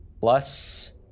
plus